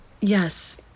Yes